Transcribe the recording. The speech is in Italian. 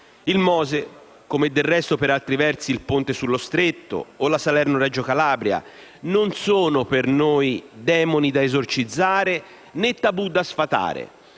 Il MOSE, come del resto per altri versi il Ponte sullo Stretto o la Salerno-Reggio Calabria, non sono per noi demoni da esorcizzare, né tabù da sfatare: